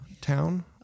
town